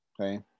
Okay